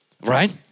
Right